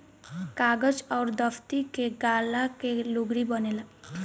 कागज अउर दफ़्ती के गाला के लुगरी बनेला